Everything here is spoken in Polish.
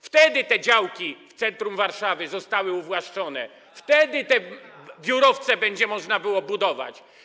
Wtedy te działki w centrum Warszawy zostały uwłaszczone, wtedy te biurowce można było budować.